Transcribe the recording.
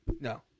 No